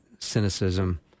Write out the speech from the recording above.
cynicism